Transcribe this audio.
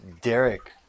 Derek